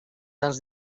dels